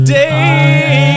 day